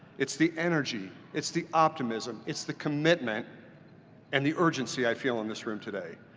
it's the energy, it's the optimism, it's the commitment and the urgency i feel in this room today.